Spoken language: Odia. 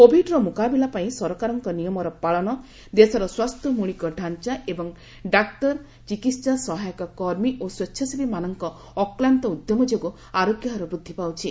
କୋଭିଡ୍ର ମୁକାବିଲା ପାଇଁ ସରକାରଙ୍କ ନିୟମର ପାଳନ ଦେଶର ସ୍ୱାସ୍ଥ୍ୟ ମୌଳିକ ଡାଞ୍ଚା ଏବଂ ଡାକ୍ତର ଚିକିତ୍ସା ସହାୟକ କର୍ମୀ ଓ ସ୍ପେଚ୍ଛାସେବୀମାନଙ୍କ ଅକ୍ଲାନ୍ତ ଉଦ୍ୟମ ଯୋଗୁଁ ଆରୋଗ୍ୟ ହାର ବୃଦ୍ଧି ପାଉଛି